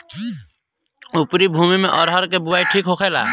उपरी भूमी में अरहर के बुआई ठीक होखेला?